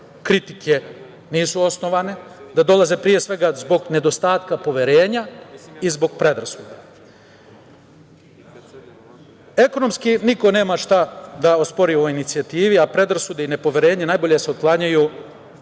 kritike nisu osnovane, da dolaze, pre svega, zbog nedostatka poverenja i zbog predrasuda. Ekonomski niko nema šta da ospori ovoj inicijativi, a predrasude i nepoverenje najbolje se otklanjaju